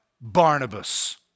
Barnabas